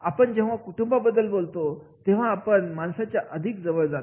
आपण जेव्हा कुटुंबाबद्दल बोलतो तेव्हा आपण माणसाच्या अधिक जवळ जातो